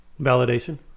validation